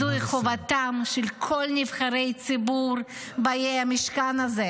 זוהי חובתם של כל נבחרי הציבור באי המשכן הזה,